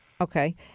Okay